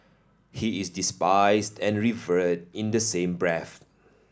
he is despised and revered in the same breath